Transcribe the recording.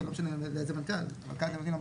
ולא משנה איזה מנכ״ל שתחליטו,